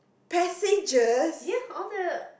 ya all the